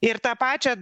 ir tą pačią